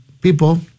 people